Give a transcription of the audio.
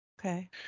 Okay